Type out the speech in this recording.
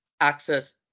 access